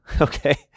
okay